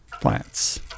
plants